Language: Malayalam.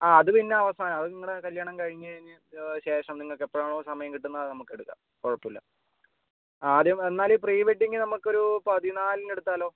ആ അതുപിന്നെ അവസാനം നിങ്ങളുടെ കല്യാണം കഴിഞ്ഞതിനുശേഷം നിങ്ങൾക്കെപ്പോഴാണോ സമയം കിട്ടുന്നത് അത് നമുക്കെടുക്കാം കുഴപ്പമില്ല എന്നാലും ഈ പ്രീ വെഡിങ് നമുക്കൊരു പതിനാലിനെടുത്താലോ